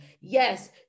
Yes